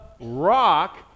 rock